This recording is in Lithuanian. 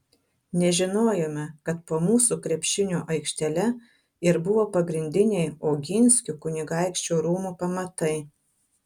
nežinojome kad po mūsų krepšinio aikštele ir buvo pagrindiniai oginskių kunigaikščių rūmų pamatai